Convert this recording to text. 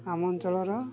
ଆମ ଅଞ୍ଚଳର